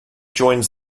joins